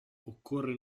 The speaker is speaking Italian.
occorre